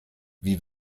wie